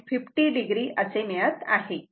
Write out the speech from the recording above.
50 o असे मिळत आहे